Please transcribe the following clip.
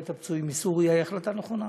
את הפצועים מסוריה היא החלטה נכונה,